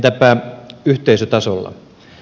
entäpä yhteisötasolla